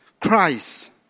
Christ